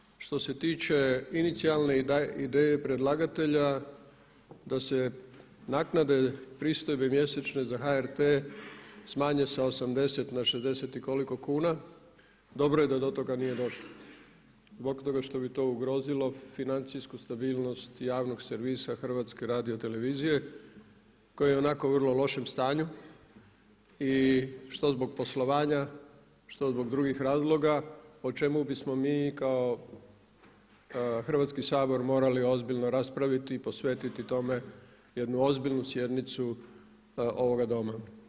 Dakle prvo što se tiče inicijalne ideje predlagatelja da se naknade, pristojbe mjesečne za HRT smanje sa 80 na 60 i koliko kuna, dobro je da do toga nije došlo zbog toga što bi to ugrozilo financijsku stabilnost javnog servisa Hrvatske radiotelevizije koji je ionako u vrlo lošem stanju i što zbog poslovanja, što zbog drugih razloga o čemu bismo mi kao Hrvatski sabor morali ozbiljno raspraviti i posvetiti tome jednu ozbiljnu sjednicu ovoga Doma.